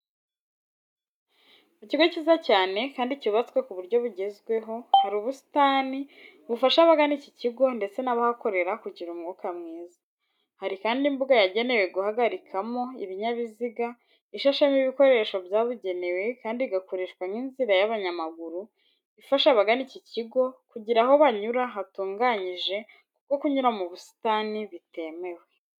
Mu kigo kiza cyane kandi cyubatswe ku buryo bugezweho, hari ubusitani bufasha abagana iki kigo ndetse n'abahakorera kugira umwuka mwiza. Hari kandi imbuga yagenewe guhagarikamo ibinyabiziga ishashemo ibikoresho byabugenewe kandi igakoreshwa nk'inzira y'abanyamaguru ifasha abagana iki kigo kugira aho banyura hatunganyije kuko kunyura mu busitani bitemewe.